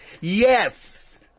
Yes